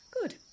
Good